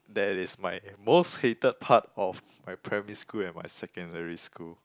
that is my most hated part of my primary school and my secondary school